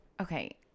Okay